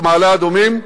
את מעלה-אדומים.